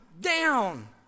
down